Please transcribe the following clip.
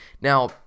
Now